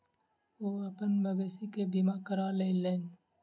ओ अपन मवेशी के बीमा करा लेलैन